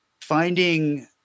finding